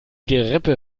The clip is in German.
gerippe